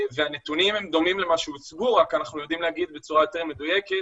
והנתונים דומים למה שהוצג רק אנחנו יודעים להגיד בצורה יותר מדויקת